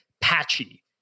patchy